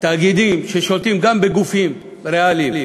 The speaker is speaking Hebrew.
תאגידים ששולטים גם בגופים ריאליים